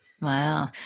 Wow